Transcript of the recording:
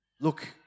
Look